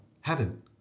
heaven